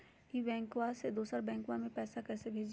ई बैंकबा से दोसर बैंकबा में पैसा कैसे भेजिए?